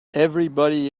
everybody